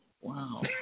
wow